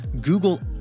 Google